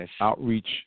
outreach